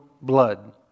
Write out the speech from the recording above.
blood